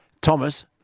Thomas